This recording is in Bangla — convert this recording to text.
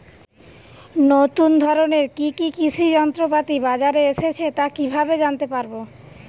নতুন ধরনের কি কি কৃষি যন্ত্রপাতি বাজারে এসেছে তা কিভাবে জানতেপারব?